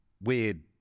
Weird